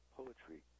poetry